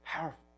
Powerful